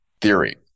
theory